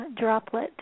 droplet